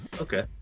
okay